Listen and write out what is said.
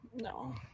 No